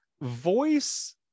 voice